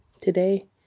Today